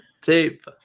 tape